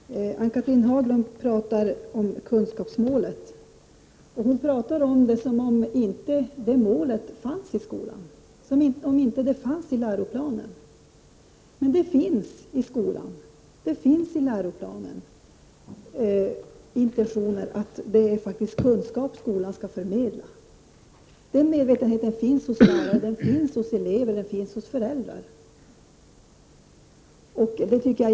Herr talman! Ann-Cathrine Haglund talade om kunskapsmålet som om det inte fanns i vare sig skolan eller i läroplanen. Men både i skolan och läroplanen finns intentioner om att skolan faktiskt skall förmedla kunskaper. Den medvetenheten finns hos såväl lärare som elever och föräldrar. Självklart är det så.